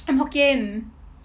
I'm hokkien